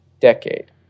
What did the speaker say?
decade